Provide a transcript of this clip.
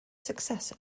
success